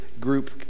group